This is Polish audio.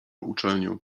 uczelnię